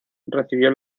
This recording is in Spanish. recibió